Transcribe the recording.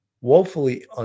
woefully